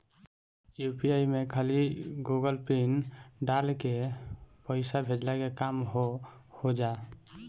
UPI में खाली Google pin डाल के पईसा भेजला के काम हो होजा